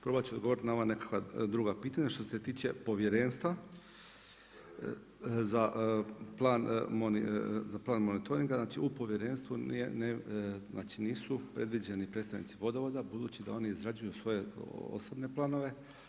Probat ću na ova nekakva druga pitanja, što se tiče Povjerenstva za plan monitoringa, znači u povjerenstvu nisu predviđeni predstavnici vodovoda budući da oni izrađuju svoje osobne planove.